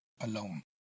alone